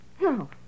No